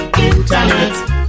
Internet